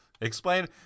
explain